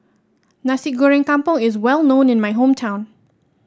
Nasi Goreng Kampung is well known in my hometown